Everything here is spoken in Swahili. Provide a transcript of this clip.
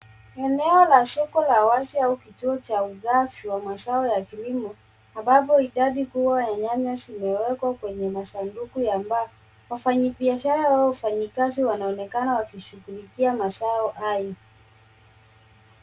Eneo la soko la wazi au kituo cha ugavi wa mazao ya kilimo, ambapo idadi kubwa ya nyanya zimewekwa kwenye masanduku ya mbao. Wafanyibiashara au wafanyikazi wanaonekana wakishughulikia mazao hai.